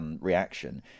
reaction